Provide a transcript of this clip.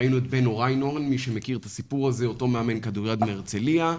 ראינו את בנו ריינהורן, אותו מאמן כדוריד מהרצליה,